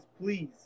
please